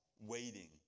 waiting